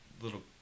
little